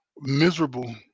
miserable